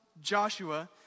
Joshua